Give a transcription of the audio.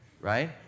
right